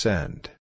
Send